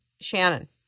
Shannon